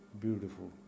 beautiful